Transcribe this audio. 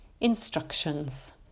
instructions